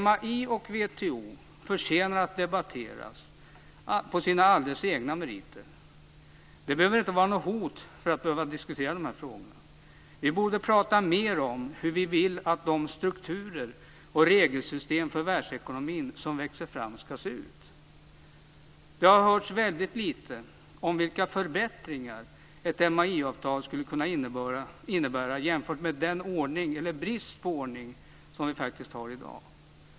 MAI och WTO förtjänar att debatteras på sina egna meriter. De behöver inte vara något hot för att vi skall diskutera dem. Vi borde prata mer om hur vi vill att de strukturer och regelsystem för världsekonomin som växer fram skall se ut. Det har hörts väldigt litet om vilka förbättringar ett MAI-avtal skulle kunna innebära jämfört med den ordning - eller brist på ordning - som vi har i dag.